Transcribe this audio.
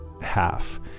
half